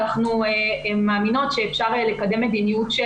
אנחנו מאמינות שאפשר לקדם מדיניות של